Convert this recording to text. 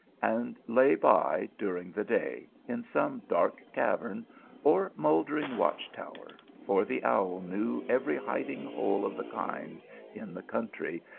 and lay by during the day in some dark cavern or mouldering watch-tower, for the owl knew every hiding hole of the kind in the country,